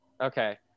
Okay